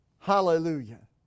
Hallelujah